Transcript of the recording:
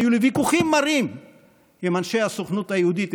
היו לי ויכוחים מרים עם אנשי הסוכנות היהודית,